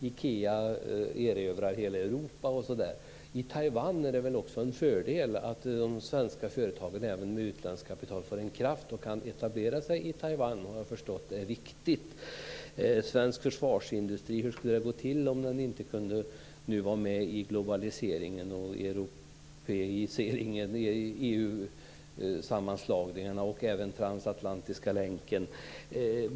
Ikea erövrar hela Europa osv. Det är väl en fördel om de svenska företagen, även med utländskt kapital, för in kraft i Taiwan och kan etablera sig där - jag har förstått att det är viktigt. Hur skulle det gå om svensk försvarsindustri inte kunde vara med i globaliseringen och europeiseringen, vid EU-sammanslagningarna och den transatlantiska länken?